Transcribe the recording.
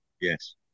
yes